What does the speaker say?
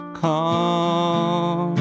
come